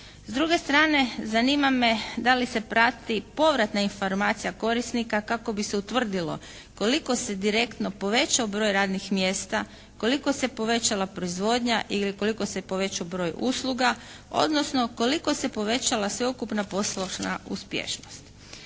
S druge strane zanima me da li se prati povratna informacija korisnika kako bi se utvrdilo koliko se direktno povećao radnih mjesta, koliko se povećala proizvodnja ili koliko se je povećao broj usluga, odnosno koliko se povećala sveukupna poslovna uspješnost.